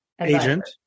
agent